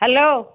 hello